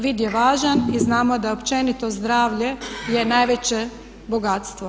Vid je važan i znamo da općenito zdravlje je najveće bogatstvo.